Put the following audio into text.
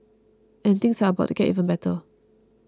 and things are about to get even better